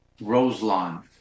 Roselawn